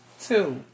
two